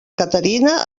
caterina